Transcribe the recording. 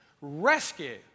Rescue